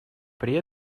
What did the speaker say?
при